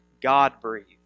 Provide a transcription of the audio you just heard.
God-breathed